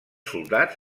soldats